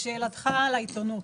לשאלתך על העיתונות,